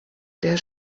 der